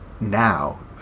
now